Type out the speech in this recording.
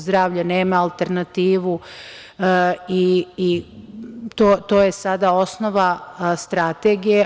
Zdravlje nema alternativu i to je sada osnova strategije.